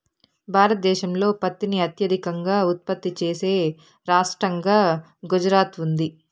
భారతదేశంలో పత్తిని అత్యధికంగా ఉత్పత్తి చేసే రాష్టంగా గుజరాత్ ఉంది